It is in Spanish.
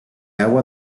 agua